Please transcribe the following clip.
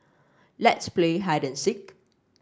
let's play hide and seek